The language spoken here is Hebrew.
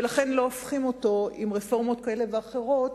ולכן לא הופכים אותו עם רפורמות כאלה ואחרות